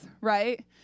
right